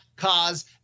cause